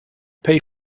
pay